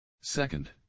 Second